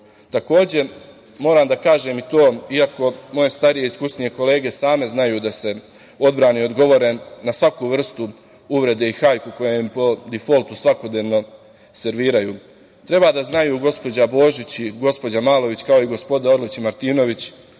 Srbiju. Takođe moram da kažem i to, iako moje starije i iskusnije kolege same znaju da se odbrane i odgovore na svaku vrstu uvrede i hajku koju im po difoltu svakodnevno serviraju, treba da znaju gospođa Božić i gospođa Malović, kao i gospoda Orlić i Martinović